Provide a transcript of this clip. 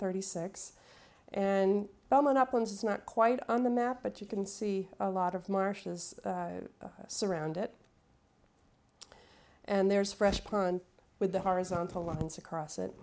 thirty six and belmont uplands it's not quite on the map but you can see a lot of marshes surround it and there's fresh pond with the horizontal lines across it